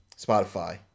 Spotify